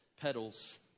Petals